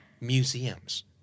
museums